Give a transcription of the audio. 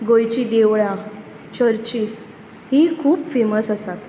गोंयचीं देवळां चर्चीस हीं खूब फेमस आसात